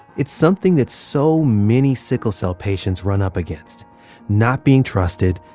it's something that's so many sickle cell patients run up against not being trusted,